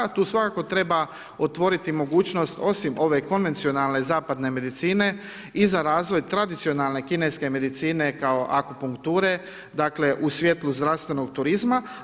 Tu svakako treba otvoriti mogućnost osim ove kongenijalne zapadne medicine i za razvoj tradicionalne kineske medicine kao akvapunkture, dakle u svijetlu zdravstvenog turizma.